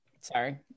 Sorry